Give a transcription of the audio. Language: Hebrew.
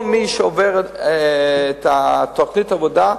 כל מי שעובר את תוכנית העבודה,